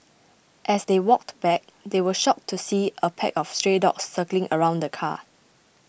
as they walked back they were shocked to see a pack of stray dogs circling around the car